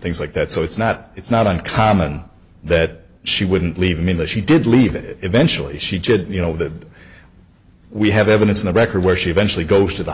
things like that so it's not it's not uncommon that she wouldn't leave me that she did leave eventually she did you know that we have evidence in the record where she eventually goes to the